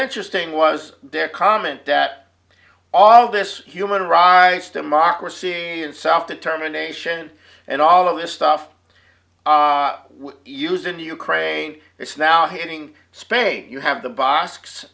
interesting was their comment that all this human rights democracy and self determination and all that was stuff we use in ukraine it's now hitting space you have the box